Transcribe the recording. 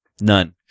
None